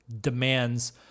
demands